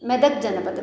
मेदक्जनपदम्